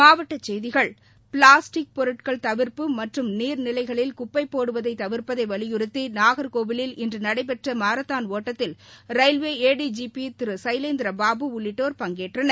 மாவட்டச்செய்திகள் plastic பொருட்கள் தவிர்ப்பு மற்றும் நீர்நிலைகளில் குப்பை போடுவதை தவிர்ப்பதை வலியுறுத்தி நாகர்கோவிலில் இன்று நடைபெற்ற மாரத்தான் ஒட்டத்தில் ரயில்வே ஏடிஜிபி திரு சைலேந்திர பாபு உள்ளிட்டோர் பங்கேற்றனர்